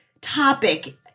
topic